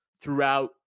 throughout